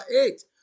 eight